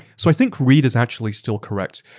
so i think reid is actually still correct.